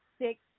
six